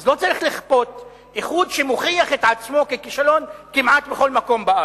לא צריך לכפות איחוד שמוכיח את עצמו ככישלון כמעט בכל מקום בארץ.